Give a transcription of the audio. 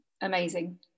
amazing